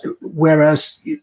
Whereas